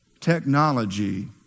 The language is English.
Technology